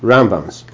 Rambams